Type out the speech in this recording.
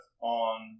on